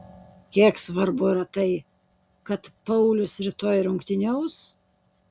kiek svarbu yra tai kad paulius rytoj rungtyniaus